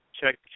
Check